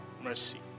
mercy